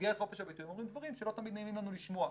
במסגרת חופש הביטוי הם אומרים דברים שלא תמיד נעים לנו לשמוע.